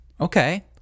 Okay